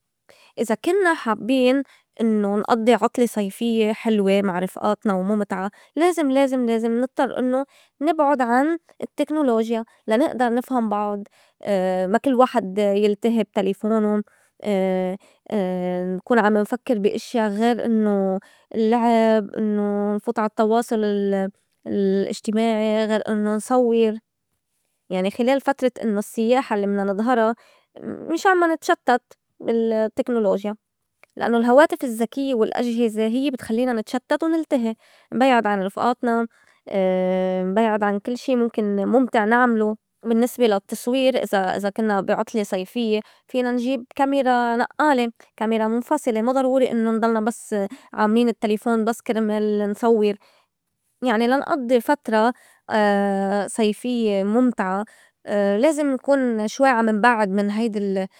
إذا كنّا حابّين إنّو نقضّي عُطلة صيفيّة حلوة مع رفئاتنا ومُمتعة لازم- لازم- لازم نضطّر إنّو نبعُد عن التكنولوجيا لا نئدر نفهم بعض. ما كل واحد يلتهي بتليفونه، نكون عم نفكّر بي أشيا غير إنّو اللّعب إنّو نفوت على التّواصل ال- الاجتماعي غير إنّو نصوّر. يعني خِلال فترة إنو السياحة الّي بدنا نضهرا مشان ما نتشتّت بالتكنولوجيا لأنّو الهواتف الزكيّة والأجهزة هيّ بتخلّينا نتشتّت ونلتهي. نبيعد عن رفئاتنا نبيعد عن كل شي مُمكن مُمتع نعملوا. بالنّسبة لا التصوير إذا- إذا كنّا بي عُطلة صيفيّة فينا نجيب كاميرا نقّالة كاميرا مُنفصلة ما ضروري إنّو نضلنا بس عاملين التليفون بس كرمال نصوّر يعني لا نقضّي فترة صيفيّة مُمتعة لازم نكون شوي عم نبعّد من هيدي ال.